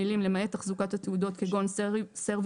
המילים "למעט תחזוקת התעודות כגון service